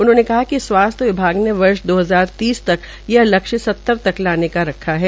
उन्होंने कहा कि स्वास्थ्य विभाग ने वर्ष दो हजार तीस तक यह लक्ष्य स्तर तक लाने का लक्ष्य रखा है